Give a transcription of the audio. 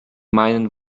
meinen